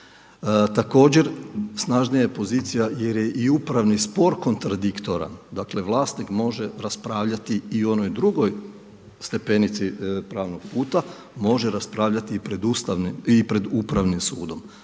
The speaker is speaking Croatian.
Također snažnija je pozicija jer je i upravni spor kontradiktoran, dakle vlasnik može raspravljati i o onoj drugoj stepenici pravnog puta, može raspravljati i pred upravnim sudom.